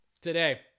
Today